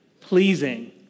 pleasing